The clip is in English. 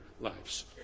lives